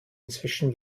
inzwischen